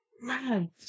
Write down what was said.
man